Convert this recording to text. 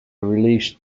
released